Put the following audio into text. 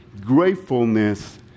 gratefulness